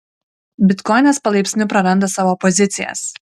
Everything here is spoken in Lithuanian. bitkoinas palaipsniui praranda savo pozicijas